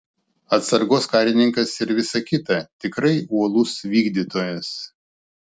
atsargos karininkas ir visa kita tikrai uolus vykdytojas